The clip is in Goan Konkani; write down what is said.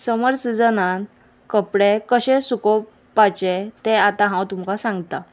समर सिजनान कपडे कशे सुकोवपाचे ते आतां हांव तुमकां सांगता